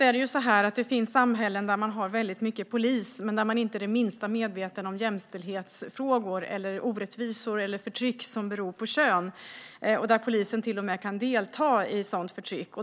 Däremot finns det samhällen där man har många poliser men där man inte är det minsta medveten om jämställdhetsfrågor, orättvisor eller förtryck som beror på kön och där polisen till och med kan delta i sådant förtryck.